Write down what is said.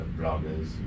bloggers